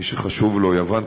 מי שחשוב לו: יוון,